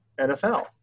NFL